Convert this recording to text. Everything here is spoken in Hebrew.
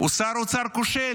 חמש פעמים, הוא שר אוצר כושל.